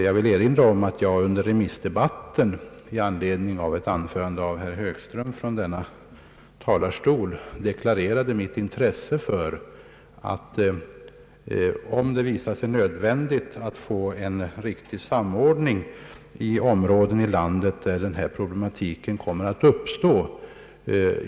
Jag vill erinra om att jag redan under remissdebatten, i anledning av ett anförande av herr Högström, från denna talarstol deklarerade mitt intresse för en riktig samordning, om en sådan visar sig nödvändig beträffande de delar av landet där denna problematik kommer att uppstå.